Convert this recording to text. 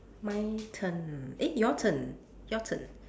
my turn eh your turn your turn